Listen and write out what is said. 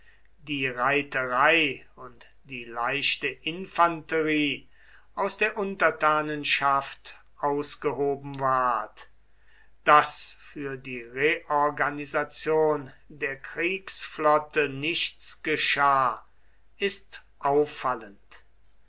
die reiterei und die leichte infanterie aus der untertanenschaft ausgehoben ward daß für die reorganisation der kriegsflotte nichts geschah ist auffallend